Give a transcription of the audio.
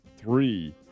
three